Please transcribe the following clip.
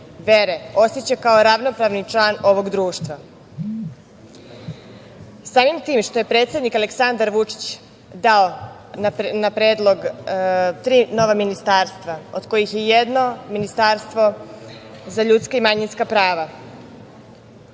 vere, oseća kao ravnopravni član ovog društva. Samim tim što je predsednik, Aleksandar Vučić dao na predlog tri nova ministarstva, od kojih je jedno ministarstvo za ljudska i manjinska prava,